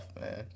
man